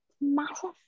Massive